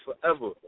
forever